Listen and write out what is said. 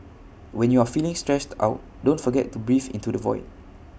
when you are feeling stressed out don't forget to breathe into the void